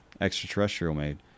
extraterrestrial-made